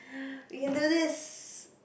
we can do this